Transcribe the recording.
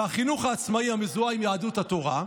והחינוך העצמאי, המזוהה עם יהדות התורה,